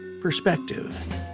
Perspective